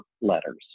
letters